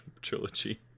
trilogy